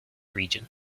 region